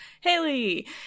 Haley